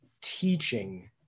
teaching